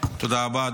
תודה רבה.